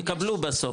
הם יקבלו בסוף,